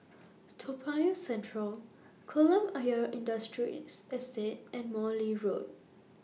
Toa Payoh Central Kolam Ayer Industrial Estate and Morley Road